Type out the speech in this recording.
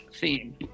theme